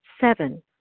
Seven